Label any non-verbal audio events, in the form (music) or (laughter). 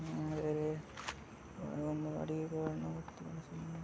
(unintelligible)